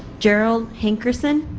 gerald hankerson,